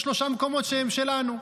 יש שלושה מקומות שהם שלנו,